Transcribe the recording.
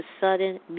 sudden